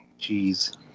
Jeez